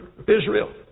Israel